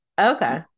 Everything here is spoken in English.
Okay